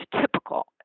typical